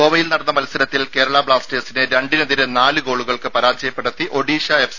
ഗോവയിൽ നടന്ന മത്സരത്തിൽ കേരള ബ്ലാസ്റ്റേഴ്സിനെ രണ്ടിനെതിരെ നാല് ഗോളുകൾക്ക് പരാജയപ്പെടുത്തി ഒഡീഷ എഫ്